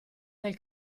del